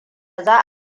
za